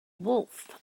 wolf